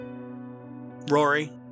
Rory